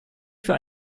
für